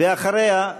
ואחריה,